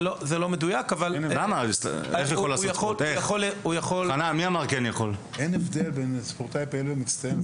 זה לא מדויק אבל --- אין הבדל בין ספורטאי פעיל ומצטיין.